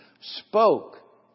spoke